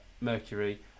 Mercury